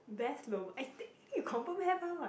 best lobang I think you confirm have one what